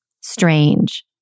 strange